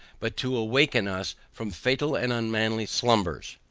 but to awaken us from fatal and unmanly slumbers,